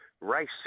race